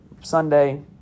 Sunday